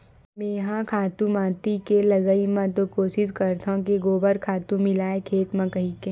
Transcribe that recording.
मेंहा खातू माटी के लगई म तो कोसिस करथव के गोबर खातू मिलय खेत ल कहिके